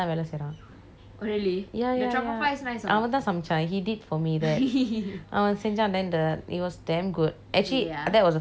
ya ya ya அவந்தான் சமைச்சான்:aventaan samaichan he did for me that அவன் செஞ்சான்:aven sencha then the it was damn good actually that was the first time I was trying truffle